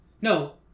No